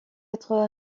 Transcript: être